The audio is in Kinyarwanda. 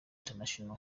international